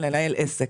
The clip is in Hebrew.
לנהל עסק.